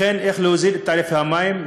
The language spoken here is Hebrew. איך להוזיל את תעריפי המים,